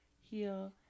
heal